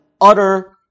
utter